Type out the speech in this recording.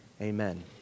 Amen